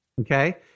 Okay